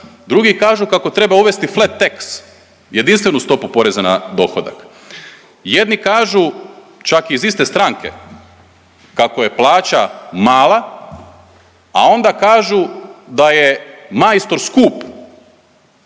drugi kažu kako treba uvesti flat tax, jedinstvenu stopu poreza na dohodak. Jedni kažu, čak iz iste stranke, kako je plaća mala, a onda kažu da je majstor skup.